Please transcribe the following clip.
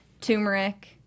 turmeric